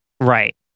Right